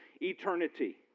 eternity